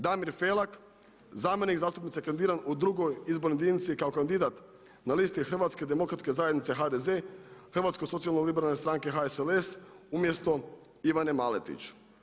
Damir Felak zamjenik zastupnice kandidiran u drugoj izbornoj jedinici kao kandidat na listi Hrvatske demokratske zajednice HDZ, Hrvatske socijalno-liberalne stranke, HSLS umjesto Ivane Maletić.